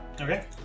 Okay